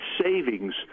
savings